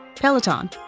Peloton